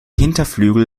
hinterflügel